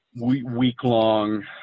week-long